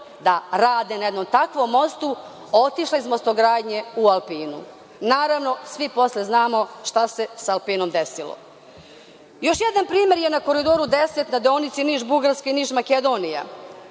da rade na jednom takvom mostu, otišla iz „Mostogradnje“ u „Alpinu“. Naravno, svi posle znamo šta se sa „Alpinom“ desilo. Još jedan primer na Koridoru 10, na deonici Niš-Bugarska, Niš-Makedonija,